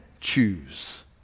choose